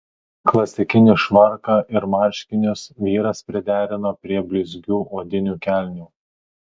klasikinį švarką ir marškinius vyras priderino prie blizgių odinių kelnių